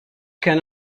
can